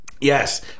Yes